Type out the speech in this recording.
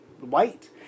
white